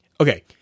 Okay